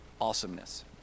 awesomeness